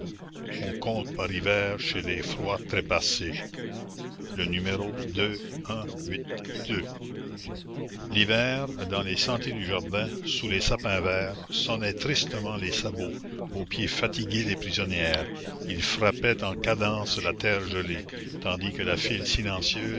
on compte par hivers chez les froids trépassés le n hiver dans les sentiers du jardin sous les sapins verts sonnaient tristement les sabots aux pieds fatigués des prisonnières ils frappaient en cadence la terre gelée tandis que la file silencieuse